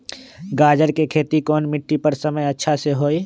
गाजर के खेती कौन मिट्टी पर समय अच्छा से होई?